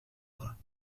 bras